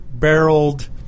barreled